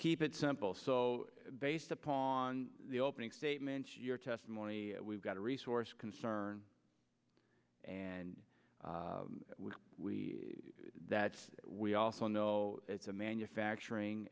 keep it simple so based upon the opening statements your testimony we've got a resource concern and we that we also know it's a manufacturing